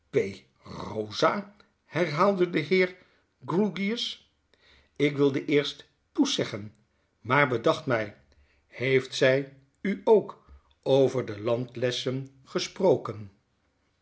rosa herhaalde de heer grewgious ik wilde eerst poes zeggen maar bedacht mjj heeft zy u ook over de landlessen gesproken